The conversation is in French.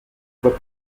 voie